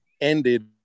ended